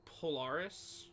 Polaris